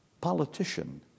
politician